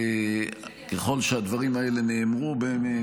ככל שהדברים האלה נאמרו באמת,